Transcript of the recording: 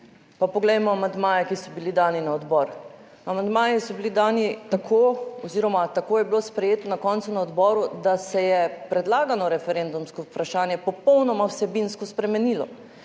pa poglejmo amandmaje, ki so bili dani na odbor. Amandmaji so bili dani tako oziroma tako je bilo sprejeto na koncu na odboru, da se je predlagano referendumsko vprašanje popolnoma vsebinsko spremenilo.